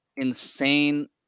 insane